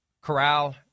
Corral